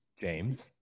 James